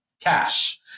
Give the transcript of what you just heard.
cash